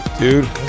Dude